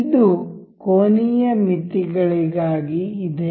ಇದು ಕೋನೀಯ ಮಿತಿಗಳಿಗಾಗಿ ಇದೆ